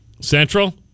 Central